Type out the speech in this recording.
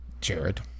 Jared